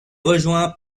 rejoint